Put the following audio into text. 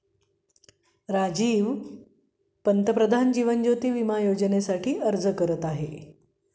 राजीव पंतप्रधान जीवन ज्योती विमा योजनेसाठी अर्ज करत आहे